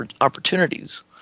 opportunities